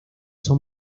son